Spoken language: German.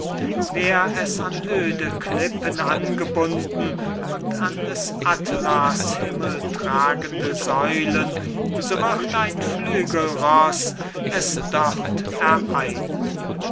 wär es an öde klippen angebunden und an des atlas himmeltragende säulen so wird ein flügelroß es dort ereilen